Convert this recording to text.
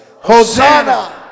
Hosanna